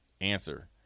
answer